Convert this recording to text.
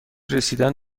رسیدن